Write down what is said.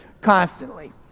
constantly